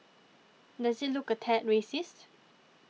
does it look a tad racist